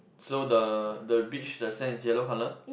so the the beach the sand is yellow colour